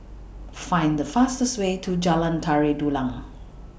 Find The fastest Way to Jalan Tari Dulang